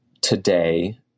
today